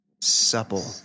supple